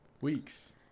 weeks